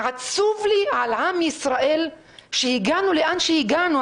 עצוב לי על עם ישראל שהגענו לאן שהגענו.